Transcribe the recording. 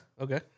Okay